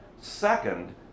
Second